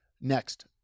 Next